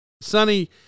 Sonny